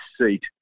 seat